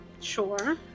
Sure